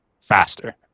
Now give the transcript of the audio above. faster